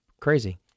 crazy